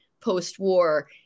post-war